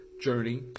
journey